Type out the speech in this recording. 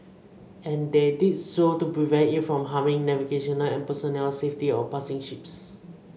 and they did so to prevent it from harming navigational and personnel safety of passing ships